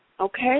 okay